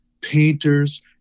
painters